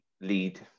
lead